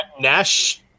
Nash